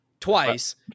Twice